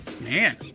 Man